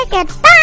Goodbye